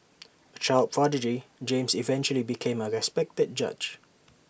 A child prodigy James eventually became A respected judge